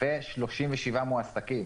ו-37 מועסקים,